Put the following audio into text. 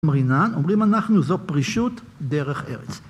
אומרים אנחנו זו פרישות דרך ארץ.